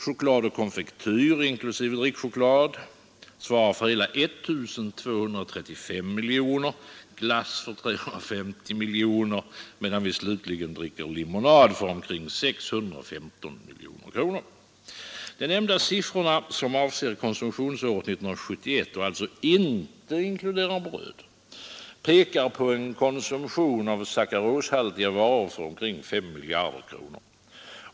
Choklad och konfektyr inklusive drickchoklad svarar för hela 1 235 miljoner, glass för 350 miljoner, medan vi slutligen dricker lemonad för omkring 615 miljoner kronor. De nämnda siffrorna, som avser konsumtionsåret 1971 och som alltså inte inkluderar bröd, pekar på en konsumtion av sackaroshaltiga varor för omkring 5 miljarder kronor.